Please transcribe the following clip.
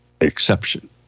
exception